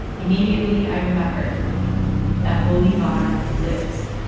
immediately, i remembered that bolivar lives